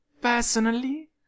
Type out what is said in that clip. personally